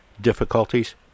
difficulties